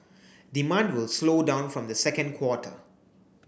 demand will slow down from the second quarter